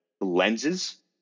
lenses